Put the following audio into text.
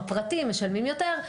בפרטי משלמים יותר.